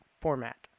format